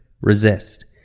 resist